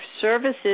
services